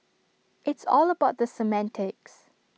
it's all about the semantics